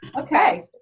Okay